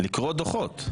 לקרוא דוחות.